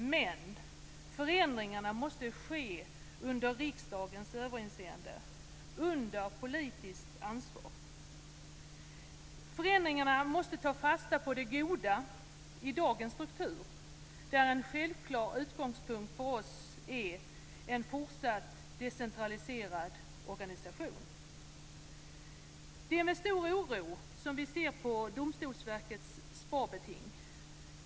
Men förändringarna måste ske under riksdagens överinseende och under politiskt ansvar. När det gäller förändringarna måste man ta fasta på det goda i dagens struktur. En självklar utgångspunkt för oss är att det ska vara en fortsatt decentraliserad organisation. Det är med stor oro som vi ser på Domstolsverkets sparbeting.